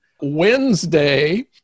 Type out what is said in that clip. Wednesday